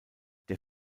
der